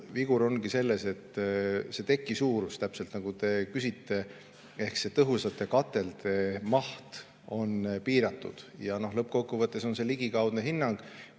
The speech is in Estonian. Vigur ongi selles, et see teki suurus, mille kohta te küsite, ehk tõhusate katelde maht on piiratud. Lõppkokkuvõttes on see ligikaudne hinnang,